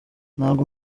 ntabwo